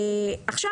עכשיו,